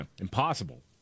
Impossible